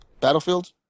Battlefield